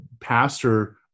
pastor